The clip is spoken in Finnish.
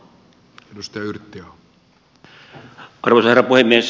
arvoisa herra puhemies